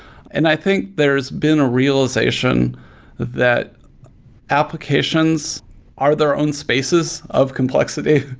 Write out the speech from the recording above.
and i think there's been a realization that applications are their own spaces of complexity,